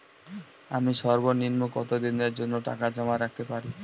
আমি সর্বনিম্ন কতদিনের জন্য টাকা জমা রাখতে পারি?